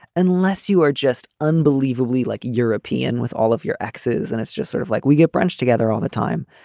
unless you are just unbelievably like a european with all of your exes and it's just sort of like we get brunch together all the time.